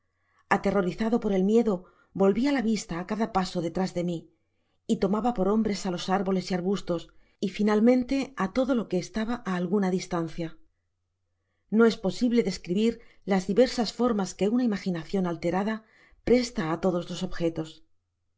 aterrorizado por el miedo volvia la vista á cada paso detras de mi y tomaba por hombres á los árboles y arbustos y analmente á todo lo que estaba á alguna distancia no es posible describir las diversas formas que una imaginacion alterada presta á todos los objetos